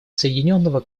соединенного